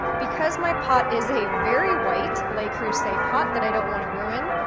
because my pot is a very white le creuset pot that i don't want to ruin,